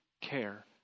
care